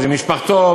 למשפחתו,